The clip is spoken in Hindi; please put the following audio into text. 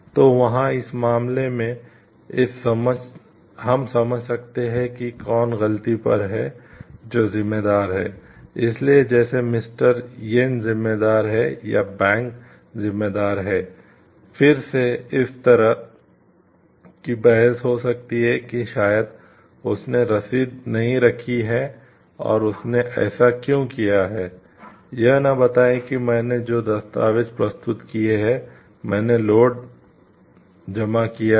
तो वहाँ इस मामले में हम समझ सकते हैं कि कौन गलती पर है जो ज़िम्मेदार है इसलिए जैसे मिस्टर येन ज़िम्मेदार है या बैंक ज़िम्मेदार है फिर से इस तरह की बहस हो सकती है कि शायद उसने रसीद नहीं रखी है और उसने ऐसा क्यों किया है यह न बताएं कि मैंने जो दस्तावेज़ प्रस्तुत किए हैं मैंने लोड जमा किया है